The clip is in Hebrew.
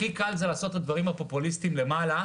הכי קל זה לעשות את הדברים הפופוליסטיים למעלה,